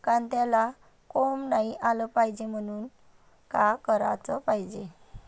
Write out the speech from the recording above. कांद्याला कोंब नाई आलं पायजे म्हनून का कराच पायजे?